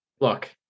look